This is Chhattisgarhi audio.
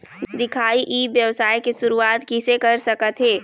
दिखाही ई व्यवसाय के शुरुआत किसे कर सकत हे?